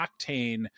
Octane